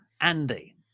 Andy